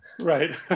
Right